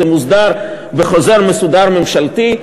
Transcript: זה מוסדר בחוזר ממשלתי מסודר.